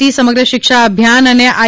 T Samagra Shiksha Abhiyan અને I